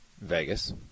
Vegas